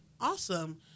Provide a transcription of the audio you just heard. Awesome